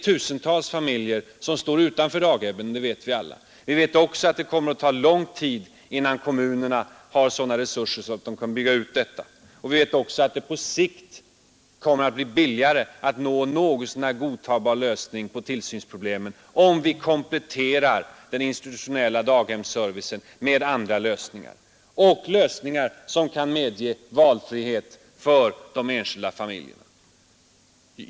Tusentals familjer står utanför daghemmen; det vet vi alla. Vi vet också det kommer att ta lång tid innan kommunerna har sådana resurser att de kan bygga ut daghemsverksamheten. Vi vet också att det på sikt kommer att bli billigare att nå en något så när godtagbar lösning på tillsynsproblemet, om vi kompletterar den institutionella daghemsservicen med andra lösningar, som kan medge valfrihet för de enskilda familjerna.